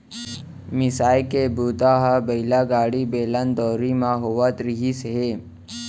मिसाई के बूता ह बइला गाड़ी, बेलन, दउंरी म होवत रिहिस हे